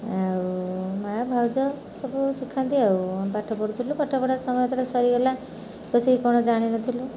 ଆଉ ମାଆ ଭାଉଜ ସବୁ ଶିଖାନ୍ତି ଆଉ ପାଠ ପଢ଼ୁଥିଲୁ ପାଠ ପଢ଼ା ସମୟ ଯେତେବେଳେ ସରିଗଲା ବସିକି କ'ଣ ଜାଣିନଥିଲୁ